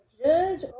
judge